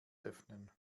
öffnen